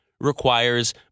requires